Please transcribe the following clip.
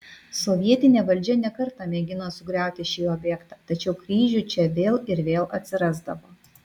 sovietinė valdžia ne kartą mėgino sugriauti šį objektą tačiau kryžių čia vėl ir vėl atsirasdavo